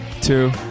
two